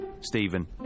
Stephen